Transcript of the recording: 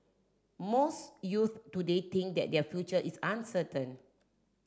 most youths today think that their future is uncertain